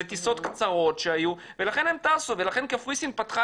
זה טיסות קצרות ולכן הם טסו ולכן קפריסין פתחה